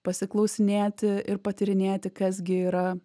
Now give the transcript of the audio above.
pasiklausinėti ir patyrinėti kas gi yra